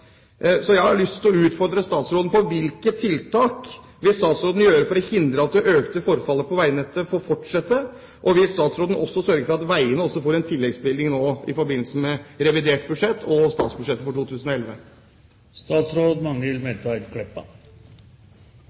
Jeg har lyst til å utfordre statsråden: Hvilke tiltak vil statsråden sette i verk for å hindre at det økte forfallet på veinettet får fortsette? Vil statsråden også sørge for at veiene får en tilleggsbevilgning i forbindelse med revidert budsjett og statsbudsjettet for 2011?